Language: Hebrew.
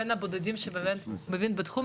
בין הבודדים שבאמת מבין בתחום,